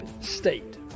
State